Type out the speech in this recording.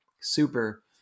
super